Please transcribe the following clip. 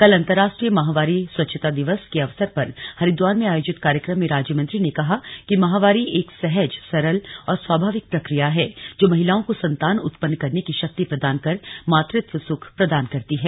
कल अंतरराष्ट्रीय माहवारी स्वच्छता दिवस के अवसर पर हरिद्वार में आयोजित कार्यक्रम में राज्यमंत्री ने कहा कि माहवारी एक सहज सरल और स्वाभाविक प्रक्रिया है जो महिलाओं को संतान उत्पन्न करने की शक्ति प्रदान कर मातत्व सुख प्रदान करती है